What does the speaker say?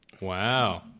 Wow